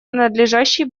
надлежащий